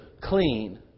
clean